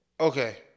Okay